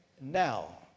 now